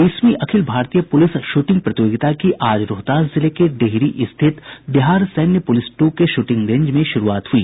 बीसवीं अखिल भारतीय पुलिस शूटिंग प्रतियोगिता की आज रोहतास जिले के डिहरी रिथत बिहार सैन्य पुलिस टू के शूटिंग रेंज में शुरूआत हुई